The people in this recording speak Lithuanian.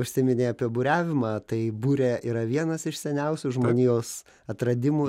užsiminei apie buriavimą tai burė yra vienas iš seniausių žmonijos atradimų